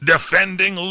Defending